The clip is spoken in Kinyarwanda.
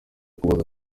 ukuboza